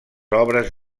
obres